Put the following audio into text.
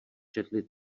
četli